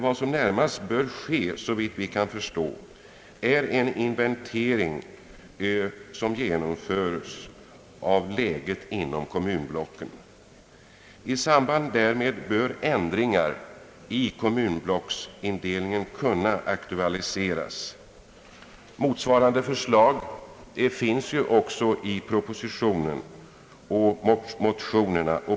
Vad som närmast bör ske är såvitt vi kan förstå att en inventering bör göras av läget inom kommunblocken. I samband därmed bör ändringar i kommunblocksindelningen kunna aktualiseras. Motsvarande förslag har framförts både i propositionen och i vissa av motionerna.